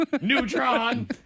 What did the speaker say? Neutron